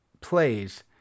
plays